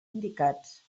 indicats